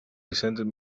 resented